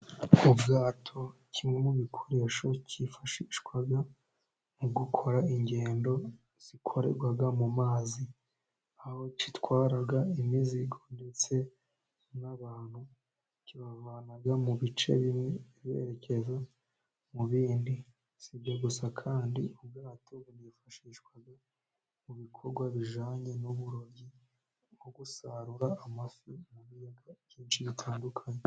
Ubwato, kimwe mu bikoresho cyifashishwa mu gukora ingendo zikorerwa mu mazi, aho gitwara imizigo ndetse n'abantu, kibavana mu bice bimwe berekeza mu bindi, si ibyo gusa kandi ubwato bwifashishwa mu bikorwa bijyanye n'uburobyi, nko gusarura amafi mu biyaga byinshi bitandukanye.